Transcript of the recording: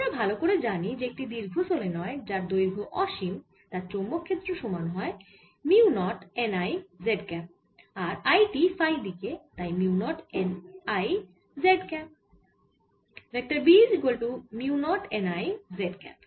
আমরা ভালো করে জানি যে একটি দীর্ঘ সলেনয়েড যার দৈর্ঘ অসীম তার চৌম্বক ক্ষেত্র সমান হয় mu naught n I z cap ওই I টি ফাই দিকে তাই mu naught n I z cap